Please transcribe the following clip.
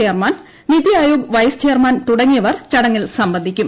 chairman NITI Aayog vice chairman തുടങ്ങിയവർ ചടങ്ങിൽ സംബന്ധിക്കും